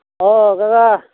औ दादा